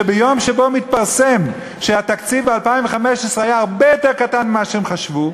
שביום שבו מתפרסם שתקציב 2015 היה הרבה יותר קטן ממה שהם חשבו,